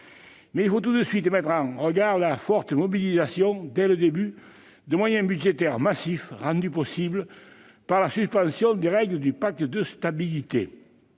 il faut tout de suite mettre en regard la forte mobilisation, dès le début, de moyens budgétaires massifs, rendue possible par la suspension des règles du pacte de stabilité.